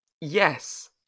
Yes